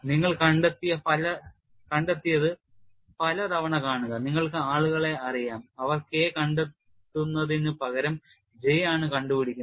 നിങ്ങൾ കണ്ടെത്തിയത് പലതവണ കാണുക നിങ്ങൾക്ക് ആളുകളെ അറിയാം അവർ K കണ്ടെത്തുന്നതിനു പകരം J ആണ് കണ്ടുപിടിക്കുന്നത്